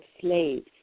slaves